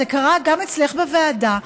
זה קרה גם אצלך בוועדה,